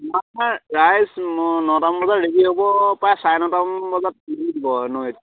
ৰাইজ নটামান বজাত ৰেডী হ'ব প্ৰায় ছাৰে নটামান বজাত দিব নৈত